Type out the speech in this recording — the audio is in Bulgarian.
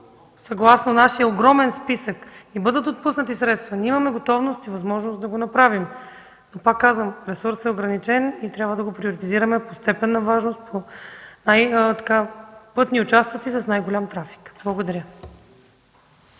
съгласно нашия огромен списък ни бъдат отпуснати средства, ние имаме готовност и възможност да го направим. Пак казвам, ресурсът е ограничен и трябва да го приоритизираме по степен на важност, а и по пътни участъци с най-голям трафик. Благодаря.